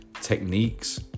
techniques